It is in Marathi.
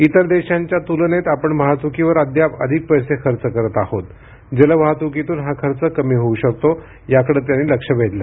इतर देशांच्या तुलनेत आपण वाहतुकीवर अद्याप अधिक पैसे खर्च करत आहोत जल वाहतुकीतून हा खर्च कमी होऊ शकतो याकडे त्यांनी लक्ष वेधलं